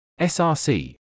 src